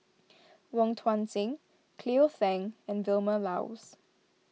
Wong Tuang Seng Cleo Thang and Vilma Laus